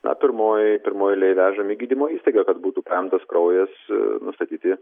na pirmoj pirmoj eilėj vežam į gydymo įstaigą kad būtų paimtas kraujas nustatyti